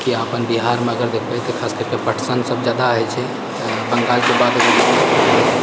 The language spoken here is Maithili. कि अपन बिहारमे देखबै तऽ खास करि कऽ पटसन सब जादा होइत छै आ बंगालके बाद अगर